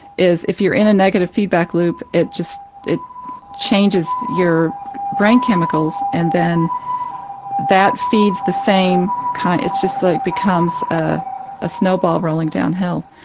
is, if you're in a negative feedback loop it just it changes your brain chemicals and then that feeds the same kind it just, like, becomes a a snowball rolling downhill,